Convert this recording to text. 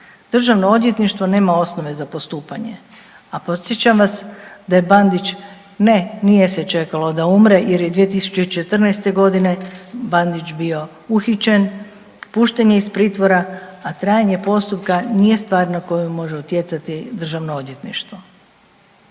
Državno odvjetništvo nema osnove za postupanje, a podsjećam vas da je Bandić ne nije se čekalo da umre jer je 2014.g. Bandić bio uhićen, pušten je iz pritvora, a trajanje postupka nije stvar na koju može utjecati državno odvjetništvo.